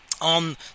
on